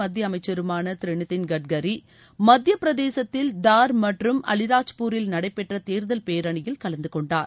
மத்திய அமைச்சருமான திரு நிதின் கட்கரி மத்திய பிரதேசத்தில் தார் மற்றும் அலிராஜ்பூரில் நடைபெற்ற தேர்தல் பேரணியில் கலந்தசெகாண்டார்